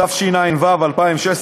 התשע"ו 2016,